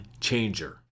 changer